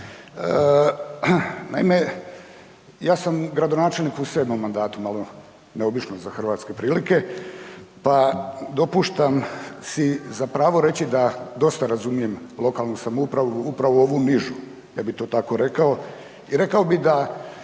Naime, ja sam gradonačelnik u 7. mandatu, malo neobično za hrvatske prilike, pa dopuštam si zapravo reći da dosta razumijem lokalnu samoupravu, upravo ovu nižu, ja bi to tako rekao i rekao bi da